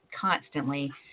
constantly